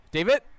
David